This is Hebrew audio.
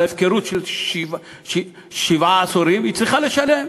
על ההפקרות של שבעה עשורים היא צריכה לשלם.